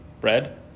bread